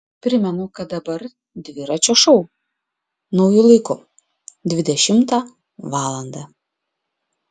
primenu kad dabar dviračio šou nauju laiku dvidešimtą valandą